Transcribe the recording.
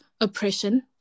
oppression